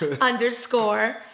underscore